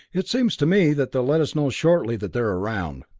it seems to me that they'll let us know shortly that they're around.